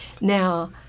Now